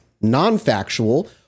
non-factual